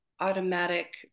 automatic